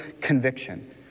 conviction